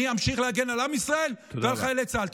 אני ממשיך להגן על עם ישראל ועל חיילי צה"ל.